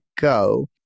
go